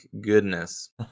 goodness